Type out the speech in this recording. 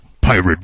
Pirate